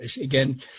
again